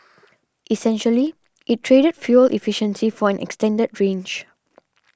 essentially it traded fuel efficiency for an extended range